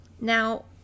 Now